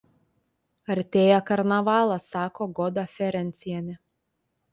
artėja karnavalas sako goda ferencienė